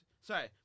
Sorry